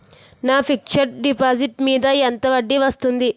నా fixed deposit మీద ఎంత వడ్డీ వస్తుంది?